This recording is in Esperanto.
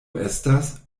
estas